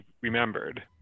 remembered